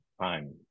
time